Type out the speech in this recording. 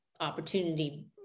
opportunity